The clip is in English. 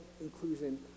inclusion